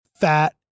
fat